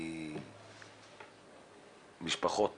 ממשפחות